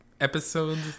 episodes